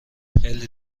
خیلی